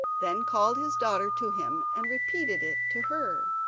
then called his daughter to him and repeated it to her.